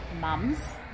mums